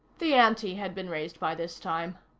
the ante had been raised by this time.